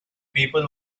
people